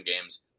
games